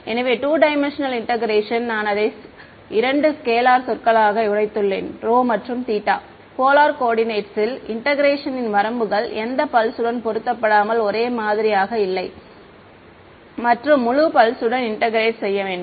எனவே 2 dimensional integration நான் அதை 2 ஸ்கெலார் சொற்களாக உடைத்துள்ளேன் ρ மற்றும் θ போலார்கோர்டினேட்ஸ் ல் இன்டெக்ரேஷன் னின் வரம்புகள் எந்த பல்ஸ் உடன் பொருட்படுத்தாமல் ஒரே மாதிரியாக இல்லை மற்றும் முழு பல்ஸ் உடன் இன்டெக்ரேட் செய்ய வேண்டும்